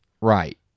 Right